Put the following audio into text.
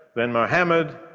then mohammad,